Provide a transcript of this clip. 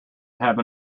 have